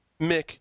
Mick